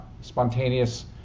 spontaneous